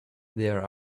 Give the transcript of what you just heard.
there